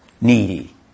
needy